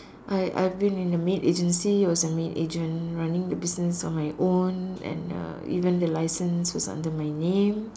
I I've been in the maid agency I was a maid agent running the business on my own and uh even the license was under my name